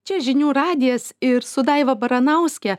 čia žinių radijas ir su daiva baranauske